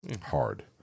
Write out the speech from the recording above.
Hard